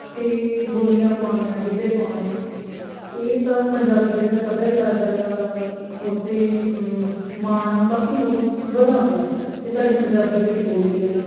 ਅਤੇ ਬੋਲੀਆਂ ਪਾਉਣੀਆਂ ਗਿੱਧੇ ਪਾਉਣੇ ਇਹ ਸਭ ਪੰਜਾਬੀ ਜਿਹੜਾ ਸੱਭਿਆਚਾਰ ਦਾ ਜਿਹੜਾ ਉਸਦੇ ਮਾਣ ਨੂੰ ਕਾਫੀ ਹੋਰ ਵਧਾਉਂਦੇ ਨੇ ਅਤੇ ਸਾਡੀ ਪੰਜਾਬੀ ਜਿਹੜੀ ਬੋਲੀ ਹੈ